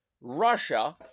Russia